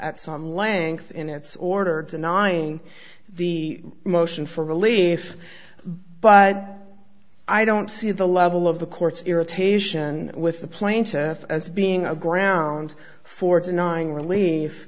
some length in its order denying the motion for relief but i don't see the level of the court's irritation with the plaintiff as being a ground for denying relief